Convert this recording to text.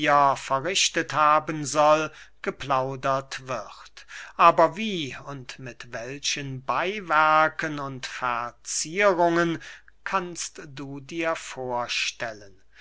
verrichtet haben soll geplaudert wird aber wie und mit welchen beywerken und verzierungen kannst du dir vorstellen